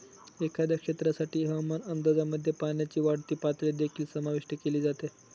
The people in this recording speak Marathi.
एखाद्या क्षेत्रासाठी हवामान अंदाजामध्ये पाण्याची वाढती पातळी देखील समाविष्ट केली जाते